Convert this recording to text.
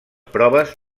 proves